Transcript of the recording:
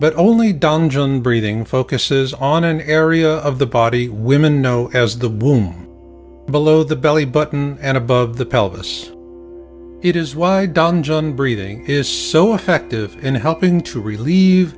but only donjon breathing focuses on an area of the body women know as the womb below the belly button and above the pelvis it is why donjon breathing is so effective in helping to relieve